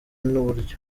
n’uburyo